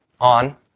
on